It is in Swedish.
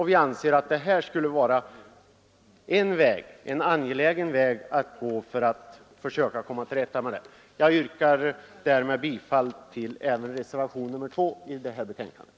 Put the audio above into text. Vi anser att det här skulle vara en väg, en angelägen sådan, att gå för att komma till rätta med det. Jag yrkar därmed bifall även till reservationen 2 i det här betänkandet.